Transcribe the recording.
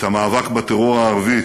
את המאבק בטרור הערבי